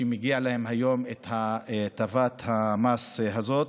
שמגיעה להם היום הטבת המס הזאת.